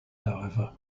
however